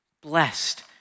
blessed